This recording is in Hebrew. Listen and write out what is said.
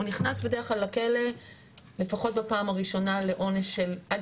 הוא נכנס בדרך כלל לכלא לפחות בפעם הראשונה לעונש של עד